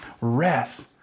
rest